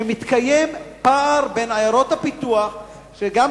שמתקיים פער בין עיירות הפיתוח לאחרים.